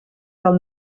del